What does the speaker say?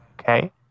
Okay